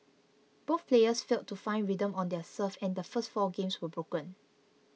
both players failed to find rhythm on their serve and the first four games were broken